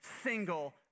single